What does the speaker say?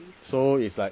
so it's like